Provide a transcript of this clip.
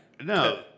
No